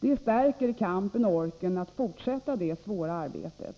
Det stärker kampen — och orken att fortsätta det svåra arbetet.